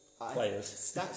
players